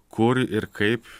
kur ir kaip